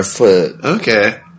okay